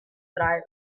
driver